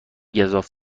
گزاف